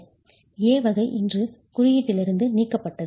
A வகை இன்று குறியீட்டிலிருந்து நீக்கப்பட்டது